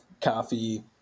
coffee